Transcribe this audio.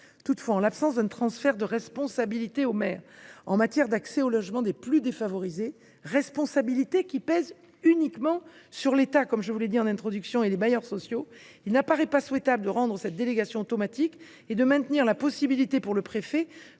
Toutefois, en l’absence d’un transfert de responsabilité au maire en matière d’accès au logement des plus défavorisés, responsabilité qui pèse uniquement sur l’État et les bailleurs sociaux, il n’apparaît pas souhaitable de rendre cette délégation automatique et de maintenir la possibilité, pour le préfet,